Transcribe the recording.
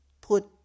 put